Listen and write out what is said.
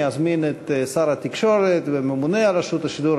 אני אזמין את שר התקשורת והממונה על רשות השידור,